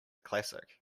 classic